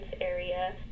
area